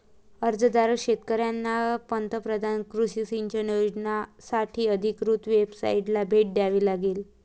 अर्जदार शेतकऱ्यांना पंतप्रधान कृषी सिंचन योजनासाठी अधिकृत वेबसाइटला भेट द्यावी लागेल